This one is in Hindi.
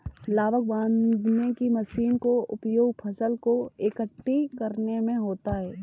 लावक बांधने की मशीन का उपयोग फसल को एकठी करने में होता है